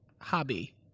hobby